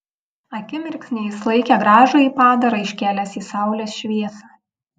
akimirksnį jis laikė gražųjį padarą iškėlęs į saulės šviesą